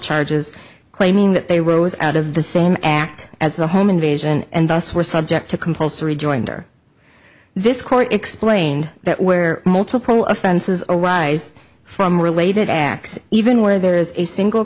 charges claiming that they rose out of the same act as the home invasion and thus were subject to compulsory joinder this court explained that where multiple offenses arise from related acts even where there is a single